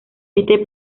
este